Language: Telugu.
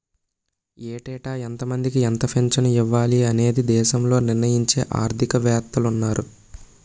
ఏటేటా ఎంతమందికి ఎంత పింఛను ఇవ్వాలి అనేది దేశంలో నిర్ణయించే ఆర్థిక వేత్తలున్నారు